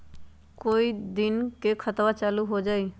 कई दिन मे खतबा चालु हो जाई?